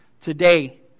today